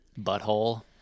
Butthole